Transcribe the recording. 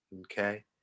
Okay